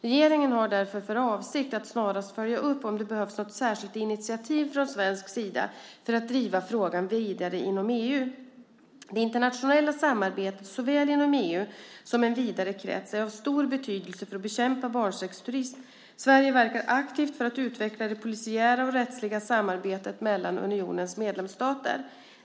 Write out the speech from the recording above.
Regeringen har därför för avsikt att snarast följa upp om det behövs något särskilt initiativ från svensk sida för att driva frågan vidare inom EU. Det internationella samarbetet såväl inom EU som en vidare krets är av stor betydelse för att bekämpa barnsexturism. Sverige verkar aktivt för att utveckla det polisiära och rättsliga samarbetet mellan unionens medlemsstater.